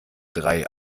drei